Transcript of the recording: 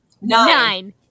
Nine